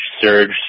Surge